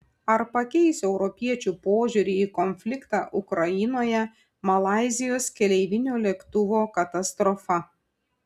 ar pakeis europiečių požiūrį į konfliktą ukrainoje malaizijos keleivinio lėktuvo katastrofa